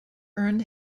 earned